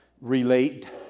relate